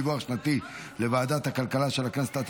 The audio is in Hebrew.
דיווח שנתי לוועדת הכלכלה של הכנסת),